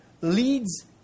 leads